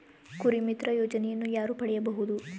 ಕುರಿಮಿತ್ರ ಯೋಜನೆಯನ್ನು ಯಾರು ಪಡೆಯಬಹುದು?